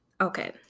okay